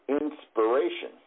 inspiration